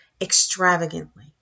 extravagantly